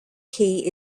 key